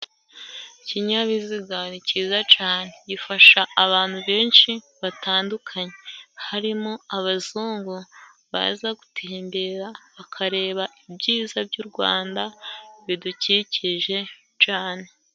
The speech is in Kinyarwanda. Ikinyabiziga ni ciza cane gifasha abantu benshi batandukanye harimo abazungu, baza gutembera bakareba ibyiza by'u Rwanda bidukikije cane.